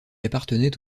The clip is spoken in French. appartenait